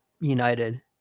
United